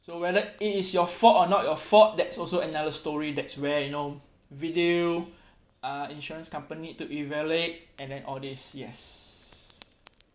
so whether it is your fault or not your fault that's also another story that's where you know video uh insurance company need to evaluate and then all these yes